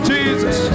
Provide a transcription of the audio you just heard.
Jesus